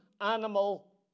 animal